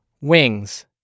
wings